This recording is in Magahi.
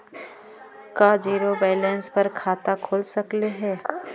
का जिरो बैलेंस पर खाता खुल सकले हे?